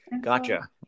Gotcha